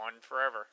forever